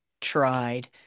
Tried